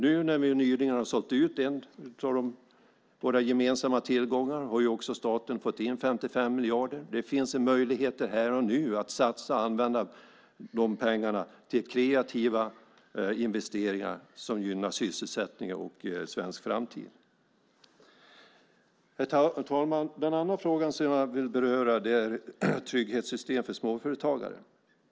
När ni nu nyligen har sålt ut en av våra gemensamma tillgångar har staten fått in 55 miljarder. Det finns möjligheter här och nu att satsa och använda de pengarna till kreativa investeringar som gynnar sysselsättningen och svensk framtid. Herr talman! Den andra frågan som jag vill beröra är trygghetssystem för småföretagare.